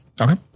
Okay